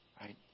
Right